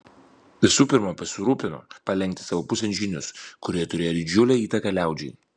visų pirma pasirūpino palenkti savo pusėn žynius kurie turėjo didžiulę įtaką liaudžiai